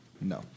No